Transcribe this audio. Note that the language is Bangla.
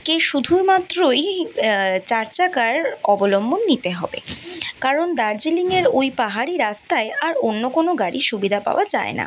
কে শুধু মাত্রই চারচাকার অবলম্বন নিতে হবে কারণ দার্জিলিংয়ের ওই পাহাড়ি রাস্তায় আর অন্য কোনো গাড়ির সুবিধা পাওয়া যায় না